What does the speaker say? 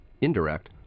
indirect